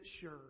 sure